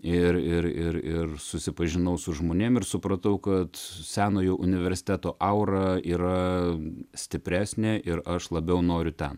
ir ir ir ir susipažinau su žmonėms ir supratau kad senojo universiteto aura yra stipresnė ir aš labiau noriu ten